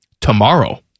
tomorrow